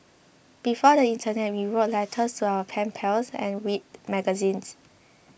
before the Internet we wrote letters to our pen pals and read magazines